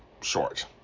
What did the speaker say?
short